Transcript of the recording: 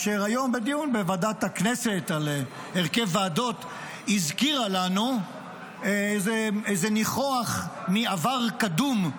אשר בדיון בוועדת הכנסת על הרכב ועדות הזכירה לנו איזה ניחוח מעבר קדום.